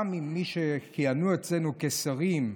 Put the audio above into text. גם עם מי שכיהנו אצלנו כשרים,